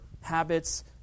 habits